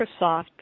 Microsoft